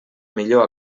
millor